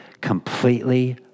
completely